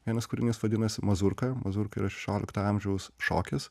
vienas kūrinys vadinasi mazurka mazurka yra šešiolikto amžiaus šokis